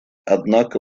однако